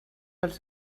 dels